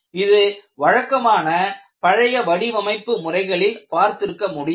இது வழக்கமான பழைய வடிவமைப்பு முறைகளில் பார்த்திருக்க முடியாது